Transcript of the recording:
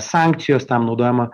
sankcijos tam naudojama